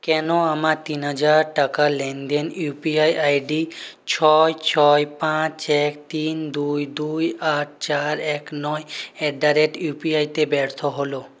কেন আমার তিন হাজার টাকার লেনদেন U P I I D ছয় ছয় পাঁচ এক তিন দুই দুই আট চার এক নয় at the rate U P I তে ব্যর্থ হল